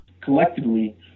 Collectively